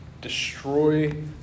destroy